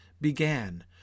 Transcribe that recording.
began